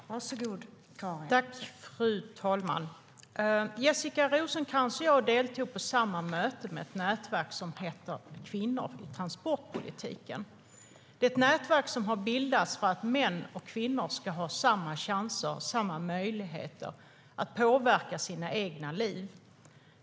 STYLEREF Kantrubrik \* MERGEFORMAT KommunikationerFru talman! Jessica Rosencrantz och jag deltog i samma möte med ett nätverk som heter Kvinnor i transportpolitiken. Det är ett nätverk som har bildats för att män och kvinnor ska ha samma chanser och samma möjligheter att påverka sina egna liv.